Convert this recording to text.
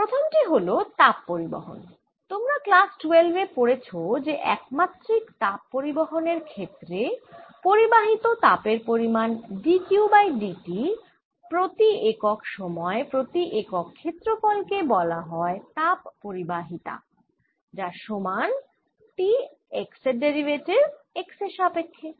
প্রথম টি হল তাপ পরিবহণ তোমরা ক্লাস 12 এ পড়েছ যে এক মাত্রিক তাপ পরিবহণের ক্ষেত্রে পরিবাহিত তাপের পরিমাণ d Q by d t প্রতি একক সময় প্রতি একক ক্ষেত্রফল কে বলা হয় তাপ পরিবাহিতা যার সমান T x এর ডেরিভেটিভ x এর সাপেক্ষ্যে